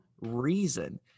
reason